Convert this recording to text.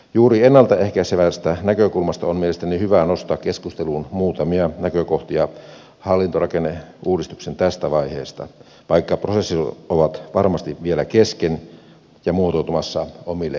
juuri ennalta ehkäisevästä näkökulmasta on mielestäni hyvä nostaa keskusteluun muutamia näkökohtia hallintorakenneuudistuksen tästä vaiheesta vaikka prosessit ovat varmasti vielä kesken ja muotoutumassa omille raiteilleen